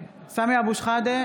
(קוראת בשמות חברי הכנסת) סמי אבו שחאדה,